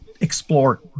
explore